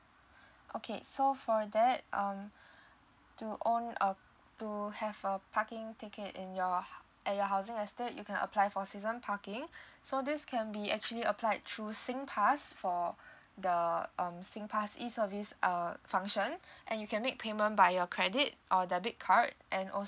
okay so for that um to own uh to have a parking ticket in your at your houses eatste you can apply for season parking so this can be actually applied through singpass for the um singpass E service uh function and you can make payment by your credit or debit card and also